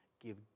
give